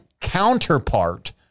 counterpart